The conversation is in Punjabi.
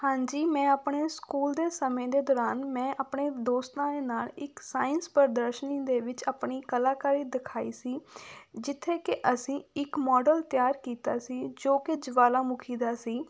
ਹਾਂਜੀ ਮੈਂ ਆਪਣੇ ਸਕੂਲ ਦੇ ਸਮੇਂ ਦੇ ਦੌਰਾਨ ਮੈਂ ਆਪਣੇ ਦੋਸਤਾਂ ਦੇ ਨਾਲ ਇੱਕ ਸਾਇੰਸ ਪ੍ਰਦਰਸ਼ਨੀ ਦੇ ਵਿੱਚ ਆਪਣੀ ਕਲਾਕਾਰੀ ਦਿਖਾਈ ਸੀ ਜਿੱਥੇ ਕਿ ਅਸੀਂ ਇੱਕ ਮੋਡਲ ਤਿਆਰ ਕੀਤਾ ਸੀ ਜੋ ਕਿ ਜਵਾਲਾਮੁਖੀ ਦਾ ਸੀ